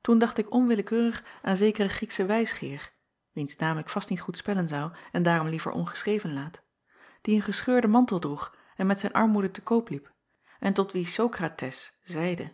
toen dacht ik onwillekeurig aan zekeren riekschen wijsgeer wiens naam ik vast niet goed spellen zou en daarom liever ongeschreven laat die een gescheurden mantel droeg en met zijn armoede te koop liep en tot wien okrates zeide